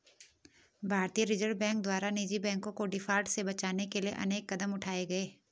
भारतीय reserve bank द्वारा निजी बैंकों को डिफॉल्ट से बचाने के लिए अनेक कदम उठाए गए